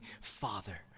Father